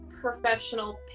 professional